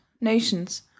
notions